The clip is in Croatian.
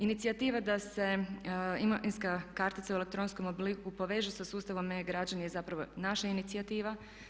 Inicijativa da će imovinska kartica u elektronskom obliku poveže sa sustavom e-građani je zapravo naša inicijativa.